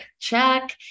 check